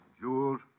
Jewels